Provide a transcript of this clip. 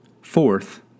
Fourth